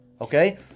okay